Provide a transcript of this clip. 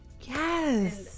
yes